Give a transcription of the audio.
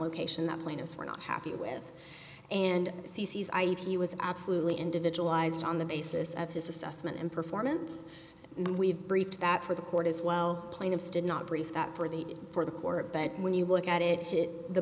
location the planners were not happy with and c c s i e he was absolutely individualized on the basis of his assessment and performance and we've breached that for the court as well plaintiffs did not brief that for the for the court but when you look at it